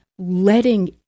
letting